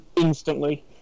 instantly